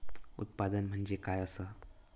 उत्पादन म्हणजे काय असा?